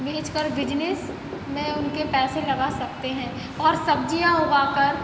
बेचकर बिजनेस में उनके पैसे लगा सकते हैं और सब्जियाँ उगाकर